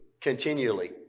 Continually